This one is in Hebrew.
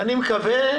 אני מקווה